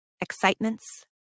excitements